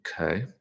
okay